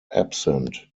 absent